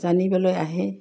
জানিবলৈ আহে